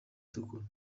itukura